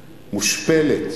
מושפלת,